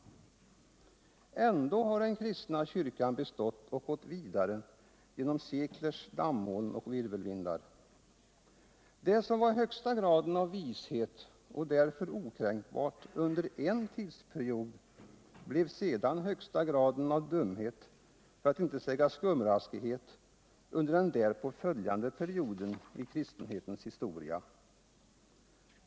Ändå har den kristna kyrkan bestått och gått vidare genom seklers dammoln och virvelvindar. Det som var högsta graden av vishet och därför okränkbart under en tidsperiod, blev sedan högsta graden av dumhet, för att inte säga skumraskighet, under den därpå följande perioden i kristenhetens historia.